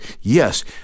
Yes